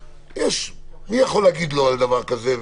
מי יכול להגיד לא על דבר כזה,